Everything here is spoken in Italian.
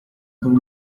con